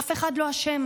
אף אחד לא אשם?